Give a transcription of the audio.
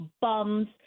bums